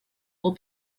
will